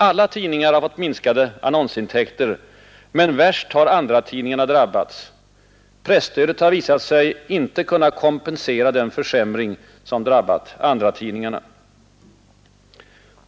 Alla tidningar har fått minskade annonsintäkter, men värst har andratidningarna drabbats. Presstödet har visat sig inte kunna kompensera den försämring som drabbat andratidningarna.